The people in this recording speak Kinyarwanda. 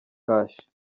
cash